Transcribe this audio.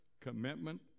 commitment